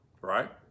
right